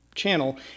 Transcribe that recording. channel